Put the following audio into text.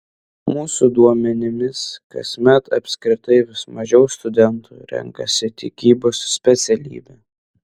mūsų duomenimis kasmet apskritai vis mažiau studentų renkasi tikybos specialybę